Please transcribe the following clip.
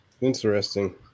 Interesting